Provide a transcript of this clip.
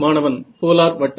மாணவன் போலார் வட்டம்